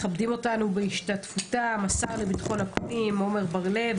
מכבדים אותנו בהשתתפותם השר לביטחון הפנים עמר בר לב,